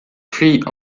free